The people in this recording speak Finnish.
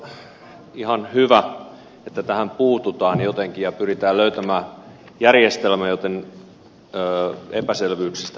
aloite on ihan hyvä että tähän puututaan jotenkin ja pyritään löytämään järjestelmä jotta epäselvyyksistä päästään irti